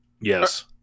Yes